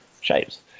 shapes